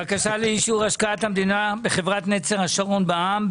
בקשה לאישור השקעת המדינה בחברת נצר השרון בע"מ,